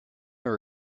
your